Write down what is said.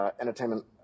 entertainment